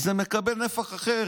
אז זה מקבל נפח אחר.